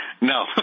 No